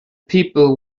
people